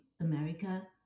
America